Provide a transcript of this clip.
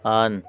on